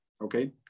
okay